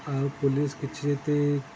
ଆଉ ପୋଲିସ୍ କିଛି ଯଦି